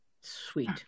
Sweet